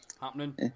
happening